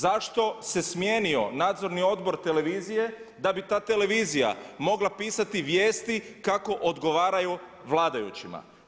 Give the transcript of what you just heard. Zašto se smijenio nadzorni odbor televizije da bi ta televizija mogla pisati vijesti kako odgovaraju vladajućima?